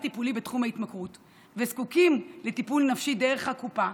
טיפולי בתחום ההתמכרות וזקוקים לטיפול נפשי דרך הקופה,